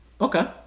Okay